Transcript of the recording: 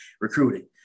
recruiting